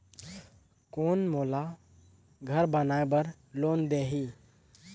कौन मोला घर बनाय बार लोन देही?